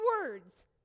words